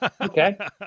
Okay